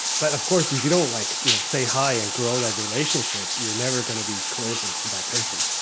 but of course, if you don't like, you know, say hi and grow that relationship, you're never gonna be closer to that person